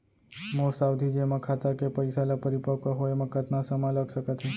मोर सावधि जेमा खाता के पइसा ल परिपक्व होये म कतना समय लग सकत हे?